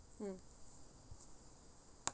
mm